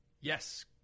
Yes